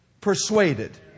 persuaded